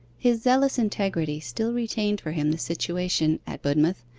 his zealous integrity still retained for him the situation at budmouth,